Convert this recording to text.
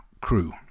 crew